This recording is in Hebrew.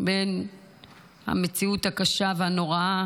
בין המציאות הקשה והנוראה